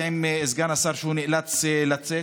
בשנים האחרונות קידם המינהל האזרחי הצעת מחליטים